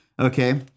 Okay